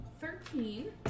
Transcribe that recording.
Thirteen